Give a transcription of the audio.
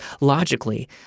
logically